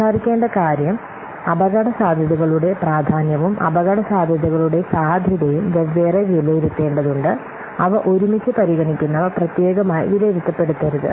സംസാരിക്കേണ്ട കാര്യം അപകടസാധ്യതകളുടെ പ്രാധാന്യവും അപകടസാധ്യതകളുടെ സാധ്യതയും വെവ്വേറെ വിലയിരുത്തേണ്ടതുണ്ട് അവ ഒരുമിച്ച് പരിഗണിക്കുന്നവ പ്രത്യേകമായി വിലയിരുത്തപ്പെടരുത്